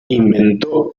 inventó